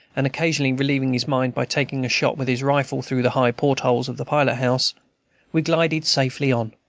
and occasionally relieving his mind by taking a shot with his rifle through the high portholes of the pilot-house we glided safely on.